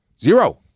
Zero